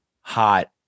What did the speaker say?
hot